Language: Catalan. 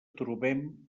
trobem